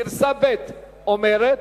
גרסה ב' אומרת: